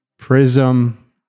prism